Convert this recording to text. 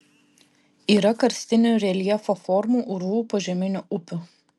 yra karstinių reljefo formų urvų požeminių upių